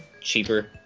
cheaper